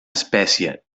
espècie